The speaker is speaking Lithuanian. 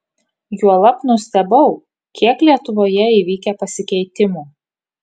juolab nustebau kiek lietuvoje įvykę pasikeitimų